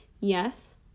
Yes